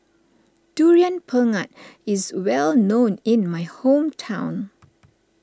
Durian Pengat is well known in my hometown